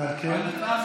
ועל כן?